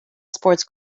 sports